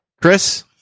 Chris